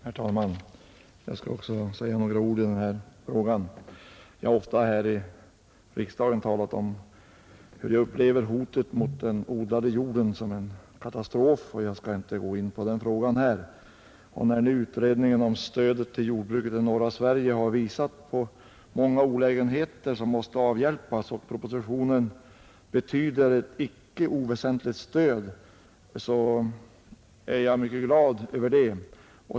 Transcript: Herr talman! Även jag vill säga några ord i denna fråga. Jag har ofta här i riksdagen talat om hur jag upplever hotet mot den odlade jorden som en katastrof, men jag skall inte närmare gå in på det nu. När utredningen om stödet till jordbruket i Norra Sverige har visat på många olägenheter som måste avhjälpas och propositionen betyder ett icke oväsentligt stöd, är jag mycket glad över det.